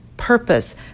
purpose